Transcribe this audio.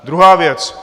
Druhá věc.